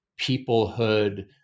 peoplehood